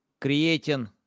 creating